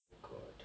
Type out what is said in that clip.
my god